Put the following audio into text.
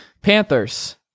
Panthers